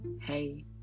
Hey